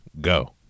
go